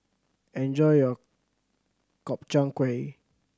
enjoy your Gobchang Gui